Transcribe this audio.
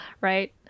Right